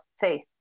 faith